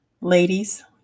ladies